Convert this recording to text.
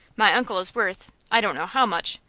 my uncle is worth i don't know how much,